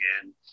Again